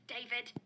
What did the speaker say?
David